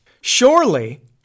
Surely